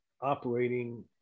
operating